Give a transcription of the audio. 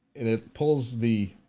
and it pulls the